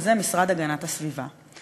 וזה המשרד להגנת הסביבה,